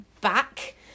back